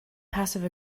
passive